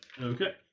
Okay